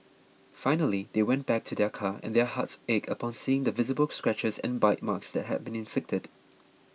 finally they went back to their car and their hearts ached upon seeing the visible scratches and bite marks that had been inflicted